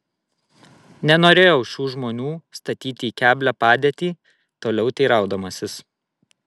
nenorėjau šių žmonių statyti į keblią padėtį toliau teiraudamasis